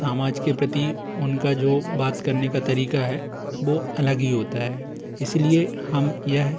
समाज के प्रति उनका जो बात करने का तरीका है वो अलग ही होता है इसीलिए हम यह